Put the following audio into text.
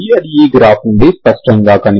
అది ఈ గ్రాఫ్ నుండి స్పష్టంగా కనిపిస్తుంది